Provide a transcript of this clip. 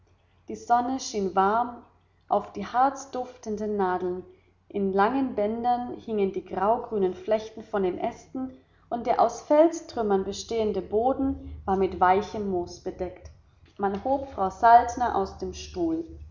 die sonne schien warm auf die harzduftenden nadeln in langen bändern hingen die graugrünen flechten von den ästen und der aus felstrümmern bestehende boden war mit weichem moos bedeckt man hob frau saltner aus dem stuhl